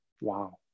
wow